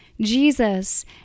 Jesus